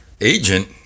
agent